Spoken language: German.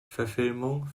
verfilmung